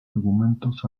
argumentos